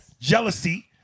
jealousy